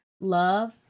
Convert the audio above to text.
love